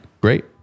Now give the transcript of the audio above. Great